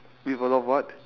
with a lot of what